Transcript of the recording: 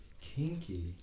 kinky